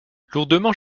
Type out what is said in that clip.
lourdement